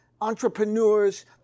entrepreneurs